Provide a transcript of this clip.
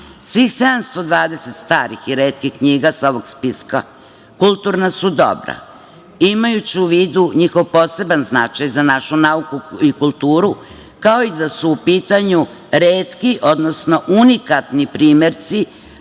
Svih 720 starih i retkih knjiga sa ovog spiska su kulturna dobra. Imajući u vidu njihov poseban značaj za našu nauku i kulturu, kao i da su u pitanju retki, odnosno unikatni primerci,